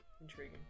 Intriguing